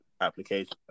application